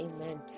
Amen